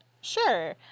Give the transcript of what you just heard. Sure